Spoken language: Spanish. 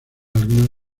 algunas